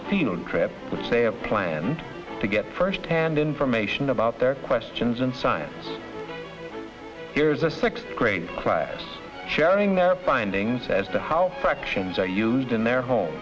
a field trip with say a plan to get first hand information about their questions in science here is a sixth grade class sharing their findings as to how fractions are used in their home